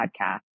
podcast